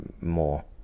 more